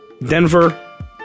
Denver